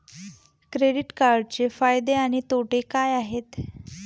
Credit कार्डचे फायदे आणि तोटे काय आहेत?